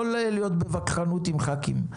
לא להיות בווכחנות עם ח"כים.